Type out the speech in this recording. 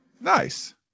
Nice